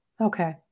Okay